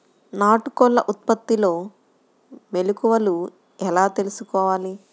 నాటుకోళ్ల ఉత్పత్తిలో మెలుకువలు ఎలా తెలుసుకోవాలి?